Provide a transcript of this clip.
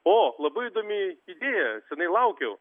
o labai įdomi idėja seniai laukiau